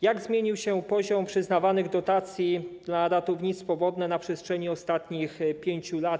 Jak zmienił się poziom przyznawanych dotacji na ratownictwo wodne na przestrzeni ostatnich 5 lat?